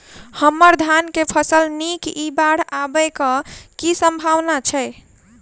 हम्मर धान केँ फसल नीक इ बाढ़ आबै कऽ की सम्भावना छै?